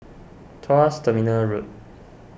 Tuas Terminal Road